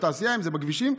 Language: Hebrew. בתעשייה ובכבישים.